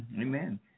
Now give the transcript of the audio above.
amen